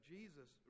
Jesus